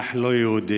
מהמונח "לא יהודי",